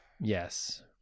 Yes